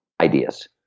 ideas